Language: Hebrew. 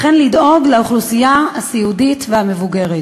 ולדאוג לאוכלוסייה הסיעודית והמבוגרת.